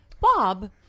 Bob